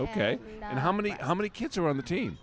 ok and how many how many kids are on the team